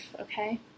okay